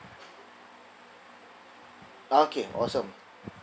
okay awesome